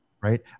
Right